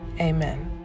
amen